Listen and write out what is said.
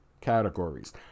categories